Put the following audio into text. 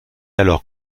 alors